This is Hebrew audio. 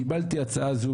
קיבלתי הצעה זו.